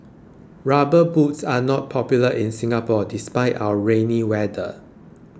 rubber boots are not popular in Singapore despite our rainy weather